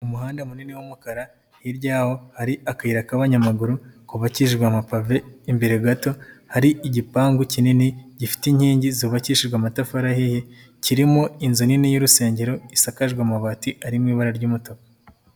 Umuhanda munini w'umukara, hiryaho hari akayira k'abanyamaguru kuba bakijijwe amapave, imbere gato hari igipangu kinini gifite inkingi zubabakishijwe amatafari ahiye, kirimo inzu nini y'urusengero isakajwe amabati arimo ibara ry'umutuku.